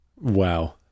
Wow